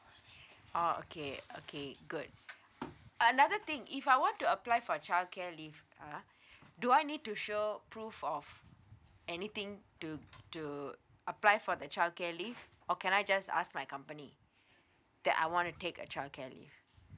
oh okay okay good another thing if I want to apply for childcare leave ah do I need to show proof of anything to to apply for the childcare leave or can I just ask my company that I want to take a childcare leave